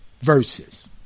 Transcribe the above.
Verses